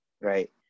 right